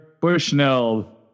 Bushnell